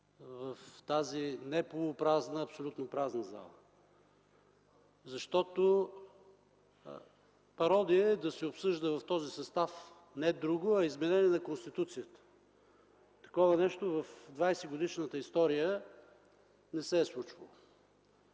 в тази не полупразна, абсолютно празна зала, защото е пародия да се обсъжда в този състав не друго, а изменение на Конституцията. Такова нещо в 20-годишната история не се е случвало.